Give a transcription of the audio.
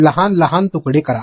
लहान लहान तुकडे करा